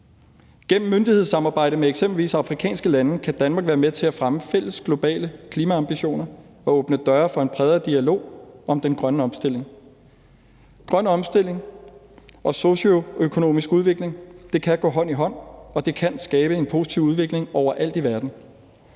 Gennem myndighedssamarbejde med eksempelvis afrikanske lande kan Danmark være med til at fremme fælles globale klimaambitioner og åbne døre for en bredere dialog om den grønne omstilling. Grøn omstilling og socioøkonomisk udvikling kan gå hånd i hånd, og det kan skabe en positiv udvikling overalt i verden.